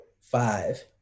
five